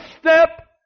step